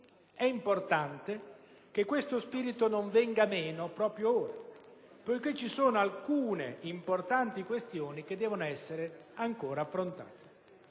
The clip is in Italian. È importante che questo spirito non venga meno proprio ora, poiché ci sono alcune questioni molto rilevanti che devono essere ancora affrontate.